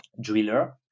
driller